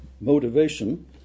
motivation